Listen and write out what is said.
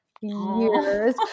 years